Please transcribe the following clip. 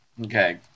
Okay